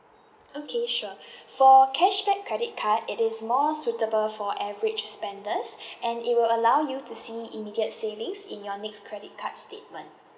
okay sure for cashback credit card it is more suitable for average spenders and it will allow you to see immediate savings in your next credit card statement